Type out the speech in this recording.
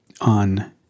on